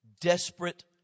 Desperate